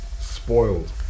spoiled